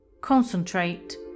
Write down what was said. concentrate